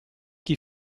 chi